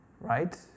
right